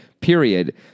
period